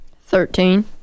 Thirteen